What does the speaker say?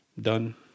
done